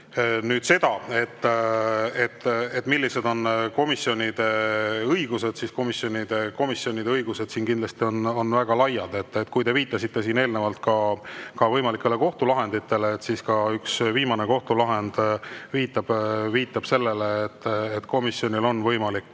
nüüd seda, millised on komisjonide õigused, siis komisjonide õigused on kindlasti väga laiad. Kui te viitasite siin eelnevalt kohtulahenditele, siis ka üks viimane kohtulahend viitab sellele, et komisjonil on võimalik